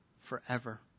forever